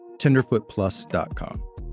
tenderfootplus.com